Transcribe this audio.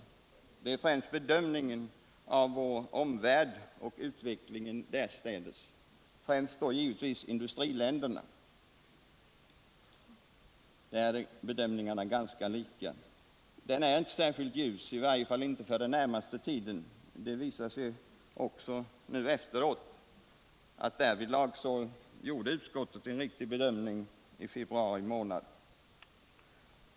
Främst gäller detta bedömningen av vår omvärld och utvecklingen därstädes — speciellt då i de stora industriländerna, en bedömning som är ganska lik oppositionens. Men bedömningen är inte särskilt ljus, i varje fall inte för den närmaste framtiden. Det visar sig nu att den bedömning som utskottet gjorde i februari månad var riktig.